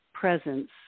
Presence